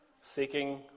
seeking